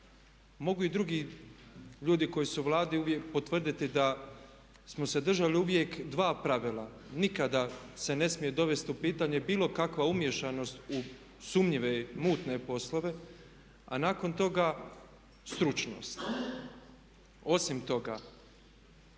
mogu i drugi ljudi koji su u Vladi uvijek potvrditi da smo se državi uvijek dva pravila. Nikada se ne smije dovesti u pitanje bilo kakva umiješanost u sumnjive, mutne poslove a nakon toga stručnost. Osim toga